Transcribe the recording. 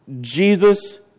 Jesus